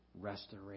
restoration